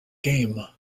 game